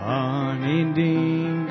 unending